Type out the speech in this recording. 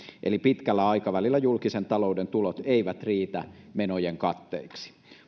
eli pitkällä aikavälillä julkisen talouden tulot eivät riitä menojen katteeksi